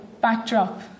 backdrop